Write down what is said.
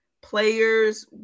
players